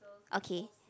okay